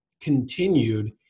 continued